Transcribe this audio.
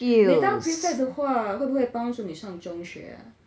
你当 prefect 的话会不会帮助你上中学